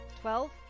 Twelve